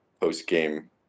post-game